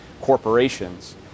corporations